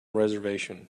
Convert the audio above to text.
reservation